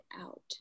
out